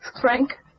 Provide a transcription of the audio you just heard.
Frank